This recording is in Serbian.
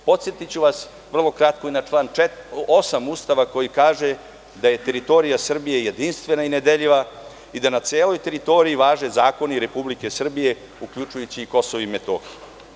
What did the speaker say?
Podsetiću vas vrlo kratko i na član 8. Ustava koji kaže da je teritorija Srbije jedinstvena i nedeljiva i da na celoj teritoriji važe zakoni Republike Srbije, uključujući i Kosovo i Metohiju.